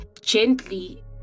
Gently